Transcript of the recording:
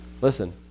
Listen